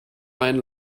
ein